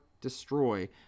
destroy